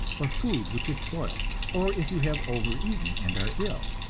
or food which is spoiled, or if you have overeaten and are ill,